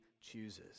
chooses